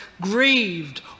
grieved